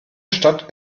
stadt